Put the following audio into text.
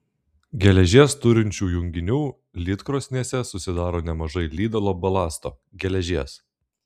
geležies turinčių junginių lydkrosnėse susidaro nemažai lydalo balasto geležies